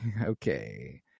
okay